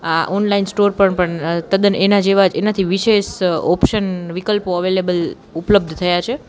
આ online store પર પણ તદ્દન એના જેવા જ એનાથી વિશેષ ઓપ્શન વિકલ્પો અવેલેબલ ઉપલબ્ધ થયા છે